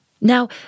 Now